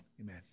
amen